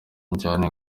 njyana